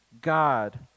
God